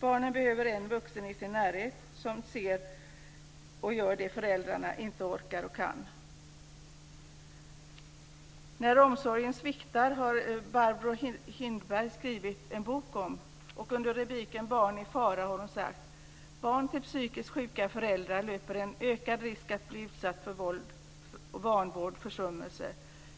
Barnen behöver en vuxen i sin närhet som ser och gör det som föräldrarna inte orkar eller kan. Barbro Hindberg har skrivit en bok - När omsorgen sviktar. Under rubriken Barn i fara har hon sagt: Barn till psykiskt sjuka föräldrar löper en ökad risk att bli utsatta för vanvård, försummelse